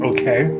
Okay